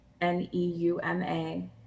n-e-u-m-a